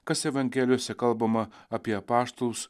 kas evangelijose kalbama apie apaštalus